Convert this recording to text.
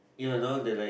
if I not wrong they like